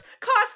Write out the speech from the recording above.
cost